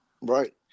Right